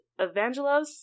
Evangelos